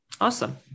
Awesome